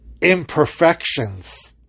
imperfections